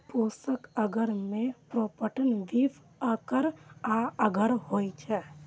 पोषक अगर मे peptone, beef अर्क आ अगर होइ छै